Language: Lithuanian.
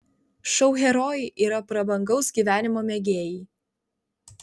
šou herojai yra prabangaus gyvenimo mėgėjai